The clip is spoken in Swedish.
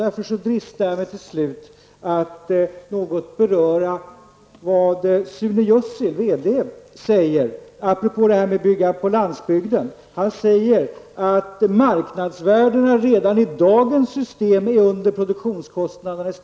Därför dristar jag mig till slut att något beröra vad Sune Jussil, verkställande direktören, säger apropå detta att bygga på landsbygden. Han säger att marknadsvärdena i större delen av landet redan med dagens system ligger under produktionskostnaderna.